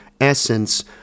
essence